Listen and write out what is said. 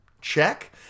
check